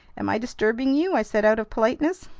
am i disturbing you? i said out of politeness.